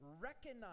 Recognize